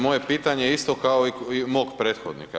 Moje pitanje je isto kao i mog prethodnika.